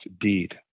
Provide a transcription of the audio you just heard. deed